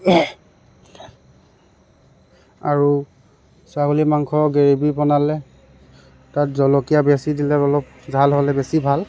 আৰু ছাগলী মাংস গ্ৰেভী বনালে তাত জলকীয়া বেছি দিলে অলপ জাল হ'লে বেছি ভাল